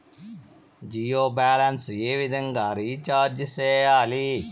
Jio balance ఏ విధంగా recharge సేయాలి?